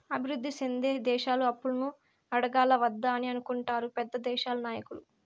అభివృద్ధి సెందే దేశాలు అప్పులను అడగాలా వద్దా అని అనుకుంటారు పెద్ద దేశాల నాయకులు